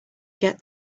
get